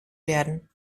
werden